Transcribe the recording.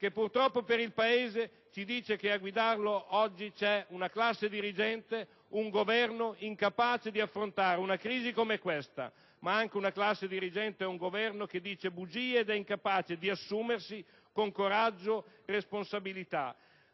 che, purtroppo per il Paese, rivela che a guidarlo oggi c'è una classe dirigente e un Governo incapaci di affrontare una crisi come questa, ma anche una classe dirigente e un Governo che dicono bugie e che sono incapaci di assumersi con coraggio responsabilità